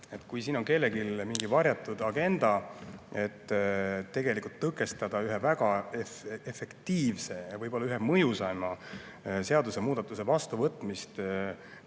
Kui siin on kellelgi mingi varjatud agenda, soov tegelikult tõkestada ühe väga efektiivse, vahest ühe mõjusaima seadusemuudatuse vastuvõtmist